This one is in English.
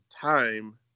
time